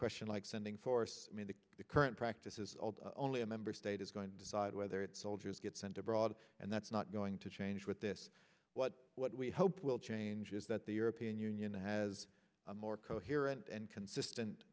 question like sending force me to the current practice is only a member state is going to decide whether its soldiers get sent abroad and that's not going to change with this what what we hope will change is that the european union has a more coherent and consistent